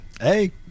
Hey